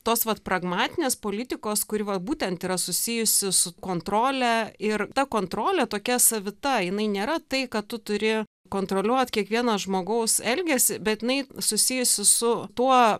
tos vat pragmatinės politikos kuri va būtent yra susijusi su kontrole ir ta kontrolė tokia savita jinai nėra tai kad tu turi kontroliuot kiekvieno žmogaus elgesį bet jinai susijusi su tuo